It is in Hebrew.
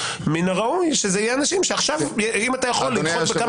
מן הראוי שאלה יהיו אנשים שעכשיו אם אתה יכול לדחות בכמה